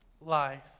life